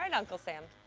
and uncle sam.